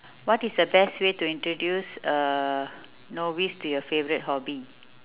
what is the best way to introduce a novice to your favourite hobby